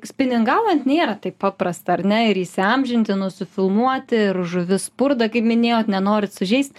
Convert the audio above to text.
spiningaujant nėra taip paprasta ar ne ir įsiamžinti nusifilmuoti ir žuvis spurda kaip minėjot nenorit sužeist